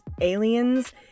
aliens